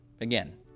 Again